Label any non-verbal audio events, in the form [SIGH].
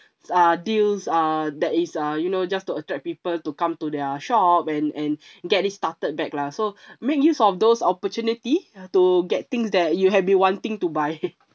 uh deals uh that is uh you know just to attract people to come to their shop and and [BREATH] get it started back lah so [BREATH] make use of those opportunity to get things that you have been wanting to buy [LAUGHS]